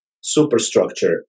superstructure